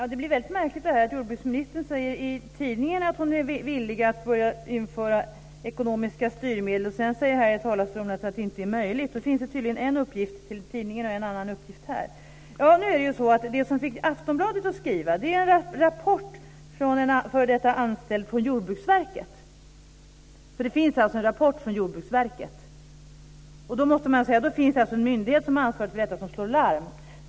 Herr talman! Det blir märkligt när jordbruksministern i tidningen säger att hon är villig att införa ekonomiska styrmedel och sedan här i talarstolen säger att det inte är möjligt. Det finns tydligen en uppgift till tidningar och en annan uppgift här. Det som fick Aftonbladet att skriva var en rapport från en före detta anställd på Jordbruksverket. Det finns alltså en rapport från Jordbruksverket. Och då finns det alltså en myndighet som är ansvarig för detta som slår larm.